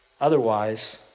Otherwise